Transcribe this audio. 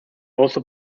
also